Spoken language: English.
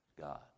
God